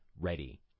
ready